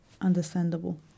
understandable